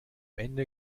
ende